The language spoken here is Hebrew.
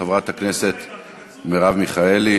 חברת הכנסת מרב מיכאלי.